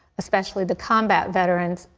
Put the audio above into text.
especially the combat veterans,